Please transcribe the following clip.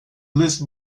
list